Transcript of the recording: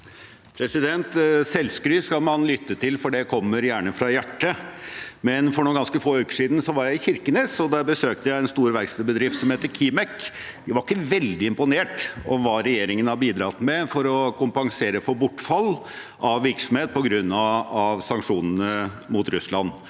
Selvskryt skal man lytte til, for det kommer gjerne fra hjertet. For noen ganske få uker siden var jeg i Kirkenes, og der besøkte jeg en stor verkstedbedrift som heter Kimek. De var ikke veldig imponert over hva regjeringen har bidratt med for å kompensere for bortfall av virksomhet på grunn av sanksjonene mot Russland.